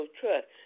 trust